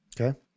Okay